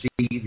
see